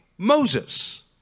Moses